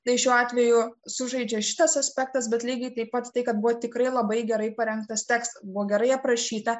tai šiuo atveju sužaidžia šitas aspektas bet lygiai taip pat tai kad buvo tikrai labai gerai parengtas tekstas buvo gerai aprašyta